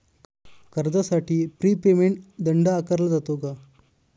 कर्जासाठी prepayment दंड आकारला जातो का?